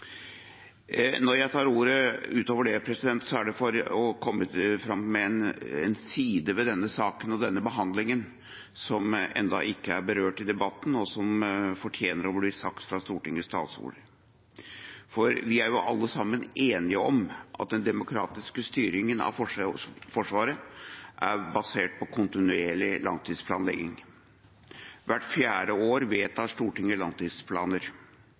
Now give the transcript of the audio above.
Når jeg tar ordet utover det, er det for å komme fram med en side ved denne saken og denne behandlingen som ennå ikke er berørt i debatten, og som fortjener å bli nevnt fra Stortingets talerstol. Vi er alle enige om at den demokratiske styringen av Forsvaret er basert på kontinuerlig langtidsplanlegging. Hvert fjerde år vedtar Stortinget langtidsplaner.